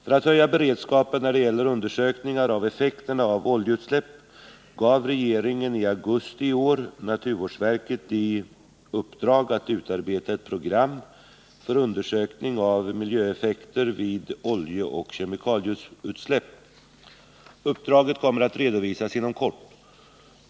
För att höja beredskapen när det gäller undersökningar av effekterna av oljeutsläpp gav regeringen i augusti i år naturvårdsverket i uppdrag att utarbeta ett program för undersökning av miljöeffekter vid oljeoch kemikalieutsläpp. Uppdraget kommer att redovisas inom kort.